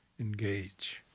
engage